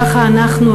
ככה אנחנו,